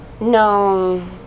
No